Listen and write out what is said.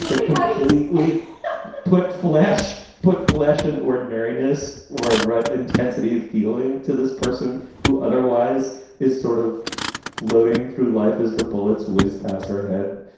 but ah completely put flesh, put flesh and ordinariness or intensity of feeling to this person who otherwise is sort of floating through life as the bullets whiz past her head.